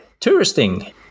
touristing